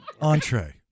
Entree